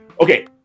Okay